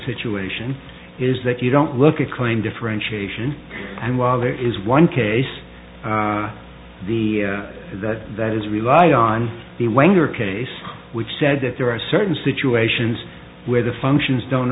situation is that you don't look at claim differentiation and while there is one case the that is relied on the wenger case which said that there are certain situations where the functions don't